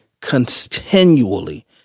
continually